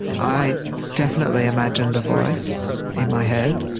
i definitely imagined a voice in my head,